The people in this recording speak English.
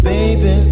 Baby